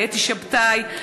לאתי שבתאי,